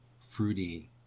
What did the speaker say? fruity